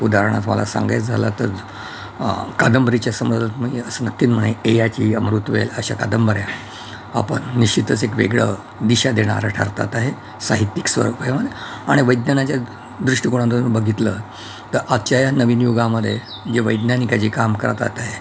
उदाहरणार्थ मला सांगायचं झालं तर कादंबरीच्या समजा तर मग असं नक्की म्हणे ययाती अमृतवेल अशा कादंबऱ्या आपण निश्चितच एक वेगळं दिशा देणारं ठरतात आहे साहित्यिक स्वरूप आणि विज्ञानाच्या दृष्टिकोणातून बघितलं तर आजच्या या नवीन युगामध्ये जे वैज्ञानिक जे काम करतात आहे